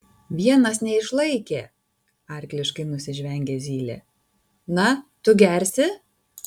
vienas neišlaikė arkliškai nusižvengė zylė na tu gersi